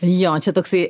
jo čia toksai